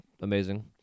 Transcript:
amazing